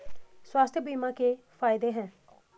स्वास्थ्य बीमा के फायदे हैं?